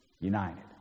united